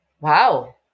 wow